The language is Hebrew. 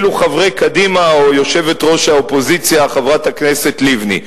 אלו חברי קדימה או יושבת-ראש האופוזיציה חברת הכנסת לבני.